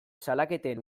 salaketen